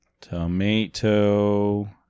Tomato